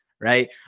right